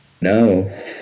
no